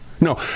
No